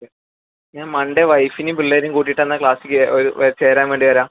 okay ഞാന് Monday വൈഫിനെയും പിള്ളേരേയും കൂട്ടിയിട്ട് എന്നാൽ ക്ലാസിലേക്ക് ഒരു ചേരാന് വേണ്ടി വരാം